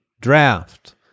draft